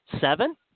seven